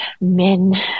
men